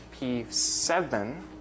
P7